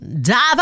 Dive